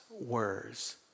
words